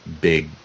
big